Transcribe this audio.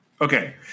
okay